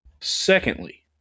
Secondly